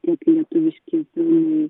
tiek ir lietuviški filmai